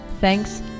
Thanks